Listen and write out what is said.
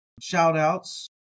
shout-outs